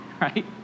Right